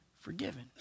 forgiven